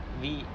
we